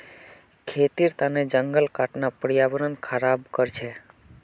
खेतीर तने जंगल काटना पर्यावरण ख़राब कर छे